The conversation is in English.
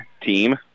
team